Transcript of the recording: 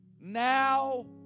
now